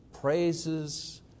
praises